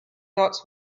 dots